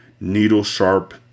needle-sharp